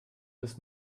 bis